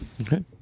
Okay